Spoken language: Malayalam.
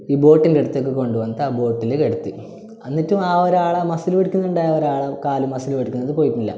ഈ ബോട്ടിന്റട്ത്തേക്ക് കൊണ്ടുവന്ന് ആ ബോട്ടിൽ കിടത്തി അന്നിട്ടും ആ ഒരാളെ മസ്സിൽ പിടിക്കുന്നുണ്ടായ ഒരാളെ കാൽ മസ്സിൽ പിടിക്കുന്നത് പോയിട്ടില്ല